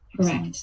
Correct